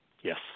Yes